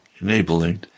enabling